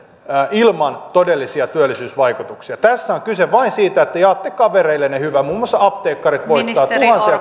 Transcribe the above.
ilman todellisia työllisyysvaikutuksia tässä on kyse vain siitä että jaatte kavereillenne hyvää muun muassa apteekkarit voittavat tuhansia